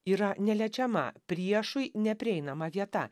yra neliečiama priešui neprieinama vieta